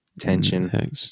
Tension